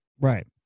Right